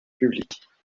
publiques